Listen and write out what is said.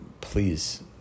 please